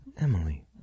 Emily